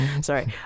sorry